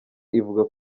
ivuga